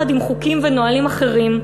יחד עם חוקים ונהלים אחרים,